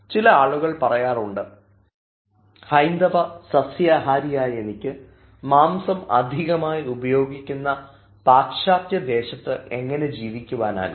ചില ആളുകൾ പറയാറുണ്ട് ഹൈന്ദ സസ്യാഹാരിയായ എനിക്ക് മാംസം അധികമായി ഉപയോഗിക്കുന്ന പാശ്ചാത്യ ദേശത്ത് എങ്ങനെ ജീവിക്കുവാനാകും